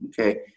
okay